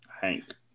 Hank